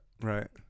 right